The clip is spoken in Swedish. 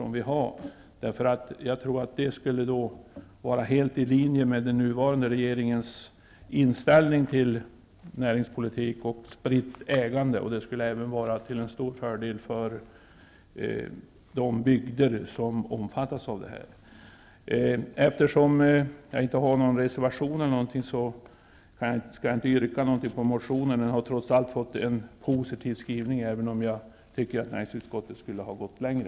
De skulle, enligt min mening, var helt i linje med den nuvarande regeringens inställning till näringspolitik och till spritt ägande. Det skulle även vara till stor fördel för de bygder som omfattas. Eftersom jag inte har någon reservation, yrkar jag inte heller bifall till min motion. Skrivningen i betänkandet är trots allt positiv, även om jag anser att näringsutskottet skulle ha kunnat gå längre.